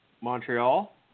Montreal